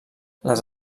les